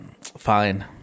Fine